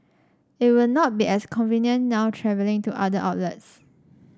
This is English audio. it will not be as convenient now travelling to the other outlets